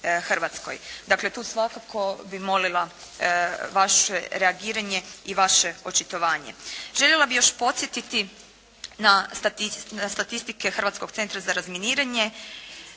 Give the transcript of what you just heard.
Hrvatskoj. Dakle, tu svakako bi molila vaše reagiranje i vaše očitovanje. Željela bih još podsjetiti na statistike Hrvatskog centra za razminiranje